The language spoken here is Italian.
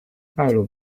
paolo